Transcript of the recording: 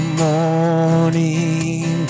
morning